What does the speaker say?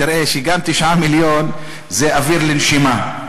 תראה שגם 9 מיליון זה אוויר לנשימה.